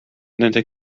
nende